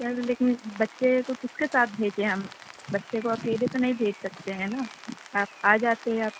بچے کو کس کے ساتھ بھیجیں ہم بچے کو اکیلے تو نہیں بھیج سکتے ہیں نا آپ آ جاتے آپ